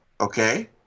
Okay